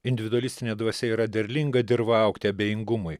individualistinė dvasia yra derlinga dirva augti abejingumui